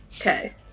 Okay